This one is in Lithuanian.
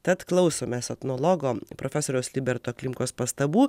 tad klausomės etnologo profesoriaus liberto klimkos pastabų